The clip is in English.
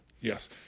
Yes